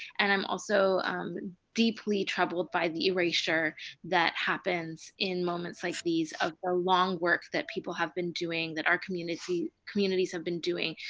and i'm also deeply troubled by the erasure that happens in moments like these of the long work that people have been doing, that our communities have been doing,